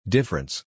Difference